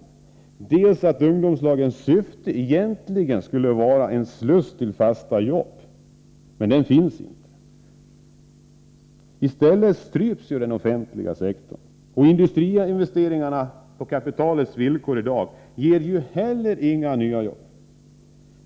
För det andra skulle ungdomslagens syfte egentligen vara att bli en sluss till fasta jobb, men den finns inte. I stället stryps ju den offentliga sektorn, och industriinvesteringarna på kapitalets villkor ger heller inga nya jobb.